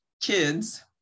kids